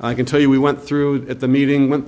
i can tell you we went through at the meeting went